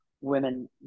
women